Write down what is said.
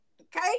okay